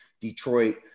Detroit